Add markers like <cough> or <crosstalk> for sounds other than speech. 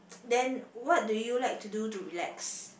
<noise> then what do you like to do to relax